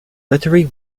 literary